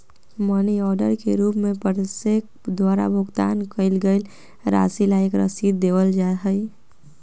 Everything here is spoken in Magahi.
मनी ऑर्डर के रूप में प्रेषक द्वारा भुगतान कइल गईल राशि ला एक रसीद देवल जा हई